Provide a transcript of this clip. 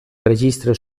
registre